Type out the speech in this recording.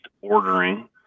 ordering